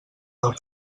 del